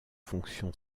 fonction